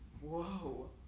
Whoa